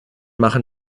machen